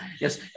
Yes